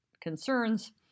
concerns